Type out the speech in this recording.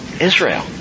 Israel